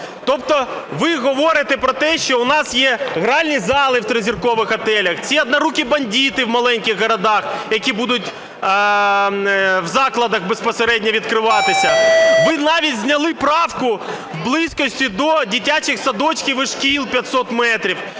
Тобто ви говорите про те, що у нас є гральні зали в тризіркових готелях, ці "однорукі бандити" в маленьких городах, які будуть у закладах безпосередньо відкриватися. Ви навіть зняли правку близькості до дитячих садочків і шкіл – 500 метрів.